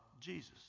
Jesus